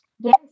Yes